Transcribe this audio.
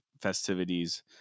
festivities